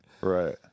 Right